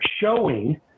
showing